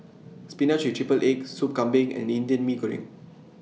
Spinach with Triple Egg Sop Kambing and Indian Mee Goreng